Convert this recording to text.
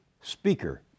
Speaker